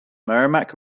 merrimack